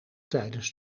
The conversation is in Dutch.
tijdens